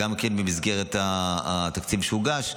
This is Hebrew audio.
במסגרת התקציב שהוגש.